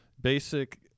basic